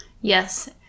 Yes